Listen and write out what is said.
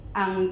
ang